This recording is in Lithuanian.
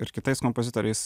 ir kitais kompozitoriais